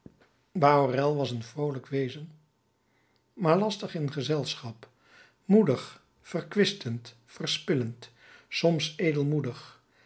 bahorel was een vroolijk wezen maar lastig in gezelschap moedig verkwistend verspillend soms edelmoedig